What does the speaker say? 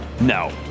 no